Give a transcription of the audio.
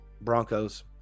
Broncos